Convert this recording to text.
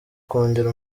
kongera